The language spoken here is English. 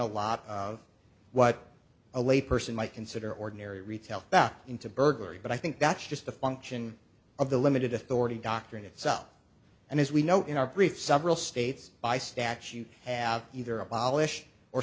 a lot of what a layperson might consider ordinary retail theft into burglary but i think that's just a function of the limited authority doctrine itself and as we know in our brief some real states by statute have either abolish or